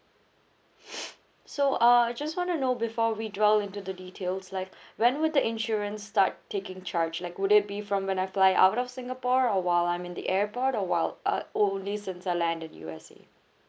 so uh I just want to know before we dwell into the details like when will the insurance start taking charge like would it be from when I fly out of singapore or while I'm in the airport or while uh only since I land in U_S_A